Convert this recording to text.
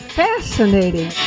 fascinating